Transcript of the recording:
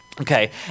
Okay